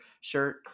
shirt